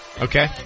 Okay